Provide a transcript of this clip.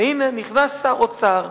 והנה נכנס שר אוצר,